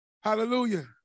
Hallelujah